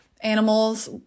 Animals